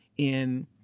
in,